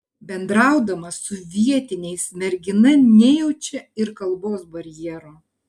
bendraudama su vietiniais mergina nejaučia ir kalbos barjero